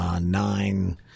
nine